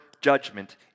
judgment